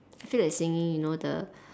I feel like singing you know the